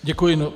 Děkuji.